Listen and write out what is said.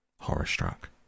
horror-struck